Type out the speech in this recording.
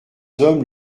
hommes